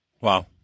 Wow